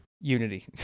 Unity